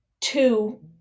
Two